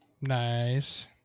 Nice